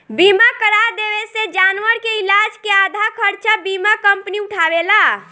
बीमा करा देवे से जानवर के इलाज के आधा खर्चा बीमा कंपनी उठावेला